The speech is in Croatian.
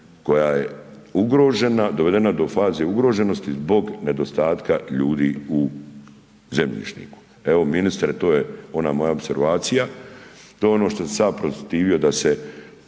koja je ugrožena, dovedena do faze ugroženosti zbog nedostatka ljudi u zemljišniku. Evo ministre, to je ona moja opservacija, to je ono što sam se ja protivio da se